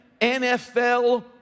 NFL